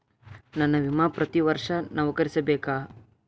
ನನ್ನ ವಿಮಾ ಪ್ರತಿ ವರ್ಷಾ ನವೇಕರಿಸಬೇಕಾ?